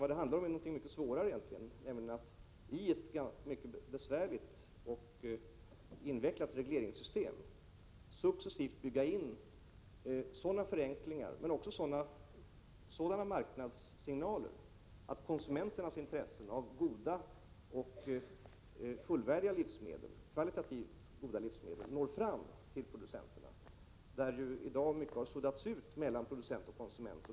Vad det handlar om är egentligen någonting mycket svårare, nämligen att i ett mycket besvärligt och invecklat regleringssystem successivt bygga in sådana förenklingar men också sådana marknadssignaler att konsumenternas intresse av kvalitativt goda och fullvärdiga livsmedel når fram till producenterna, där mycket i dag har suddats ut mellan producent och konsument.